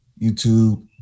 YouTube